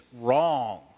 wrong